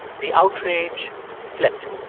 the outrage flipped